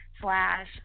slash